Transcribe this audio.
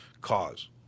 cause